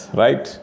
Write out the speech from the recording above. right